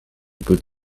good